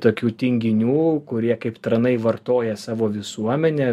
tokių tinginių kurie kaip tranai vartoja savo visuomenę